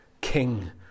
king